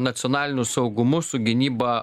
nacionaliniu saugumu su gynyba